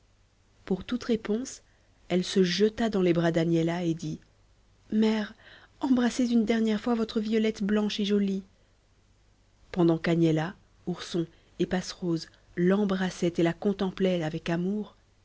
pour toute réponse elle se jeta dans les bras d'agnella et dit mère embrassez une dernière fois votre violette blanche et jolie pendant qu'agnella ourson et passerose l'embrassaient et la contemplaient avec amour